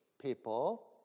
people